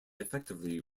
effectively